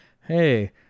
hey